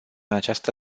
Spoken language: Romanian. această